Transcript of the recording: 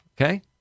Okay